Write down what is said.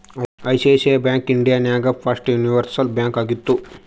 ICICI bank India ನಾಗ್ first universal bank ಆಗಿದ್ದು